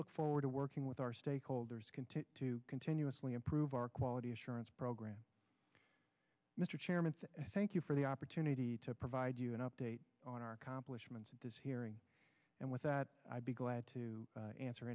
look forward to working with our stakeholders continue to continuously improve our quality assurance program mr chairman thank you for the opportunity to provide you an update on our accomplishments at this hearing and with that i'll be glad to answer